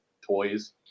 toys